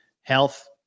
health